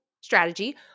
strategy